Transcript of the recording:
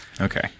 Okay